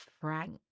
frank